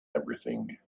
everything